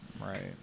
right